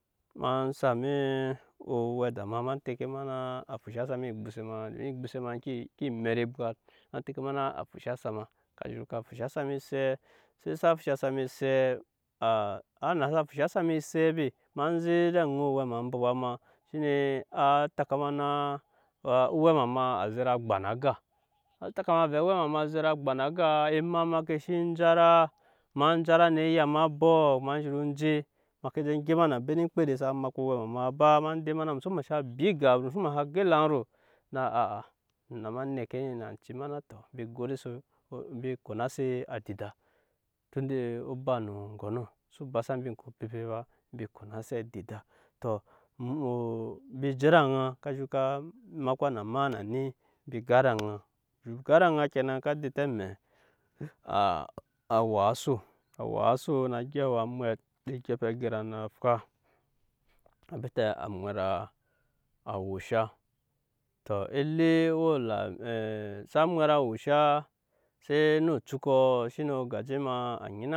Ma same owɛda ma ma tɛke ma na a fushasa ma ogbose ma domin ogbose ma eŋke met ebwat ma tɛke ma na a fusha sa ma ka zhuru fusha sa ma esee se sa fusha sa ma esee a xnasa fusha sa ma eseɔ be ma zek ed'aŋa owɛma baba ma shine á tɛka ma na owɛma ma a zek ba gba na aga sa tɛka ma vɛɛ owɛma ma gba aga ema ma ke sen jara ma jara ne yama abɔk ma zhuru je ma ke je gema na mbe ekpede sa makpa owɛma ma ba ma de na mu xso masha bii egap mu xso masha go elaŋ ro a na aa a na ma nɛke ni nanci ma na to mbi godese embi konase adida tunda o ba no oŋgɔnɔ xso ba sa mbi oŋke bebet ba mbi konase adida tɔ embi je ed'aŋa ka je ka makpa na ma na ni mbi je ed'aŋa embi ga ed'aŋa kenan ka dente amɛ a waa oso a waa oso na gyɛp awa mwɛt je gyɛpe alaŋ na fwa na bete a mwɛt a wusha se no ocukɔ ogaje ma a nyina.